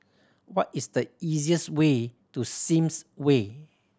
what is the easiest way to Sims Way